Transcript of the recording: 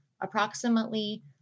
approximately